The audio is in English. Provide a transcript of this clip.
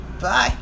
Bye